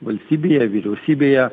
valstybėje vyriausybėje